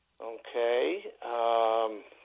Okay